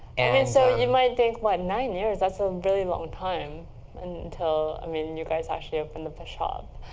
and so you might think, what, nine years? that's a really long time until i mean you guys actually opened up a shop.